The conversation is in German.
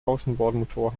außenbordmotor